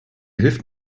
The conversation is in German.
hilft